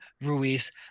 Ruiz